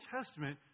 Testament